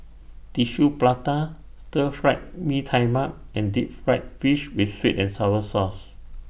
Tissue Prata Stir Fried Mee Tai Mak and Deep Fried Fish with Sweet and Sour Sauce